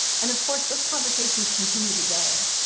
and, of course, those conversations continue today.